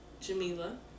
jamila